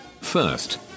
First